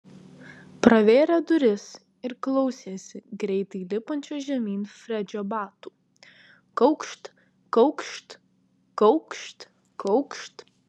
pravėrė duris ir klausėsi greitai lipančio žemyn fredžio batų kaukšt kaukšt kaukšt kaukšt